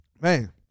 Man